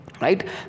Right